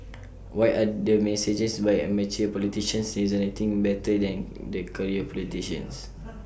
why are the messages by amateur politicians resonating better than the career politicians